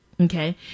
okay